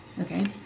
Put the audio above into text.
Okay